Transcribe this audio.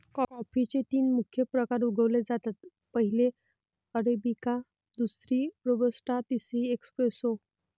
कॉफीचे तीन मुख्य प्रकार उगवले जातात, पहिली अरेबिका, दुसरी रोबस्टा, तिसरी एस्प्रेसो